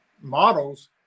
models